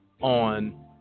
on